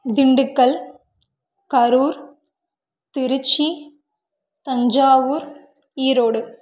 Dindigul Karur Tiruchi Thanjavur Erode